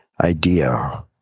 idea